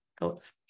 Thoughts